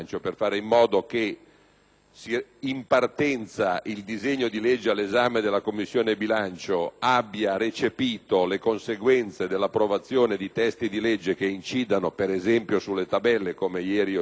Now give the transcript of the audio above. in partenza il disegno di legge all'esame della Commissione bilancio abbia recepito le conseguenze dell'approvazione di testi di legge che incidono, ad esempio, sulle tabelle (come ieri ho cercato di richiamare),